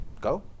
Go